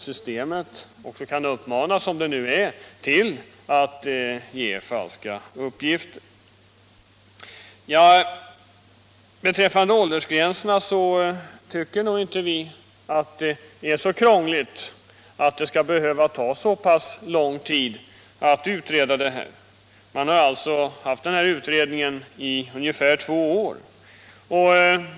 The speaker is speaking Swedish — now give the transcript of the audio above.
Systemet som det nu är kan alltså uppmuntra till att lämna falska uppgifter. Beträffande åldersgränserna vill jag säga att vi inte tycker att det är så krångligt att det skall behöva ta särskilt lång tid att utreda frågan. Utredningen har alltså pågått i ungefär två år.